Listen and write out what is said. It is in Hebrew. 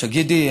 תגידי,